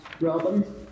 robin